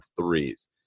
threes